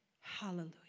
Hallelujah